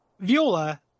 viola